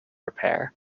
repair